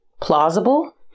plausible